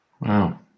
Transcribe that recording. Wow